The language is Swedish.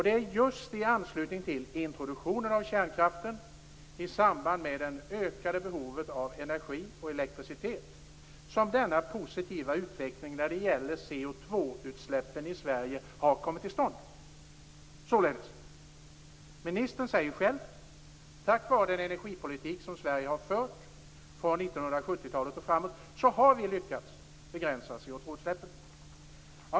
Det är just i anslutning till introduktionen av kärnkraften, i samband med det ökade behovet av energi och elektricitet, som denna positiva utveckling när det gäller CO2-utsläppen i Sverige har kommit till stånd. Ministern säger själv att Sverige tack vare den energipolitik som har förts från 1970-talet och framåt har lyckats begränsa CO2-utsläppen.